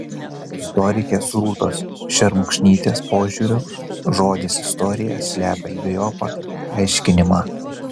istorikės rūtos šermukšnytės požiūriu žodis istorija slepia dvejopą aiškinimą